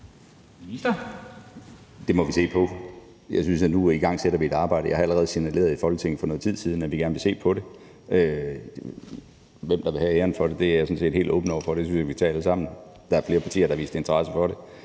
Det må vi se på. Nu igangsætter vi et arbejde. Jeg har allerede signaleret i Folketinget for noget tid siden, at vi gerne vil se på det. Hvem der vil have æren for det, er jeg sådan set helt åben over for. Det synes jeg vi kan tage alle sammen. Der er flere partier, der har vist interesse for det.